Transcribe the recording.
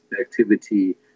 activity